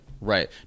right